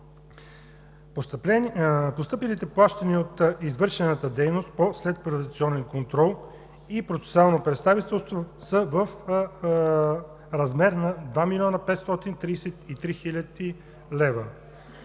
Постъпилите плащания от извършените дейности по следприватизационен контрол и процесуално представителство са в размер на 2 млн. 533 хил. лв.